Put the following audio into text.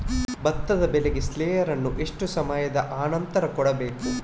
ಭತ್ತದ ಬೆಳೆಗೆ ಸ್ಲಾರಿಯನು ಎಷ್ಟು ಸಮಯದ ಆನಂತರ ಕೊಡಬೇಕು?